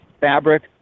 fabric